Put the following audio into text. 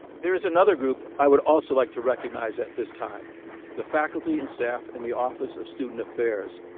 there is another group i would also like to recognize at this time the faculty and staff in the office of student affairs.